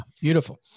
Beautiful